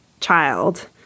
child